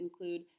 include